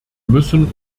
müssen